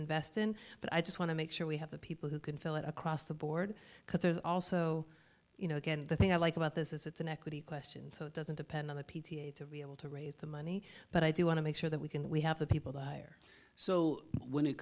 invest in but i just want to make sure we have the people who can fill it across the board because there's also you know again the thing i like about this is it's an equity question so it doesn't depend on the p t a to be able to raise the money but i do want to make sure that we can we have the people dire so when it